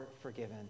forgiven